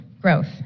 growth